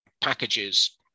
packages